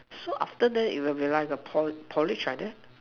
so after that you have a like a po~ porridge like that